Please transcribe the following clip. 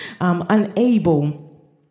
Unable